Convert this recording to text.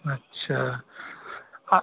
اچھا ہاں